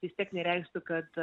vis tiek nereikštų kad